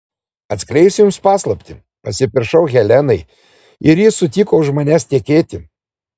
atskleisiu jums paslaptį pasipiršau helenai ir ji sutiko už manęs tekėti